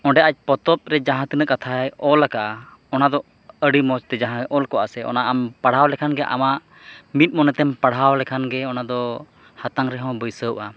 ᱚᱸᱰᱮ ᱟᱡ ᱯᱚᱛᱚᱵᱨᱮ ᱡᱟᱦᱟᱸᱛᱤᱱᱟᱹᱜ ᱠᱟᱛᱷᱟᱭ ᱚᱞᱟᱠᱟᱜᱼᱟ ᱚᱱᱟᱫᱚ ᱟᱹᱰᱤ ᱢᱚᱡᱽᱛᱮ ᱡᱟᱦᱟᱸ ᱚᱞᱠᱚᱜᱼᱟ ᱥᱮ ᱚᱱᱟ ᱟᱢ ᱯᱟᱲᱦᱟᱣ ᱞᱮᱠᱷᱟᱱ ᱜᱮ ᱟᱢᱟᱜ ᱢᱤᱫ ᱢᱚᱱᱮᱛᱮᱢ ᱯᱟᱲᱦᱟᱣ ᱞᱮᱠᱷᱟᱱ ᱜᱮ ᱚᱱᱟᱫᱚ ᱦᱟᱛᱟᱝ ᱨᱮᱦᱚᱸ ᱵᱟᱹᱭᱥᱟᱹᱣᱼᱟ